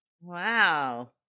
Wow